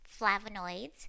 flavonoids